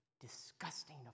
disgusting